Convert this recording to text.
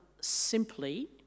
simply